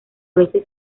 veces